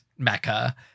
mecca